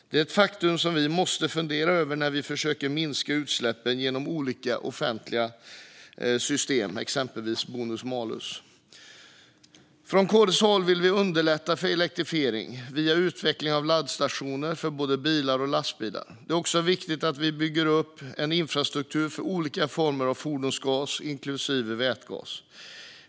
Det är ett faktum som vi måste fundera över när vi försöker minska utsläppen genom olika offentliga system, exempelvis bonus malus. Från KD:s håll vill vi underlätta för elektrifiering via utveckling av laddstationer för både personbilar och lastbilar. Det är också viktigt att vi bygger upp en infrastruktur för olika former av fordonsgas, inklusive vätgas.